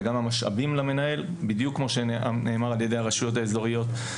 וגם המשאבים למנהל בדיוק כמו שנאמר על ידי הרשויות האזוריות,